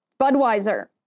Budweiser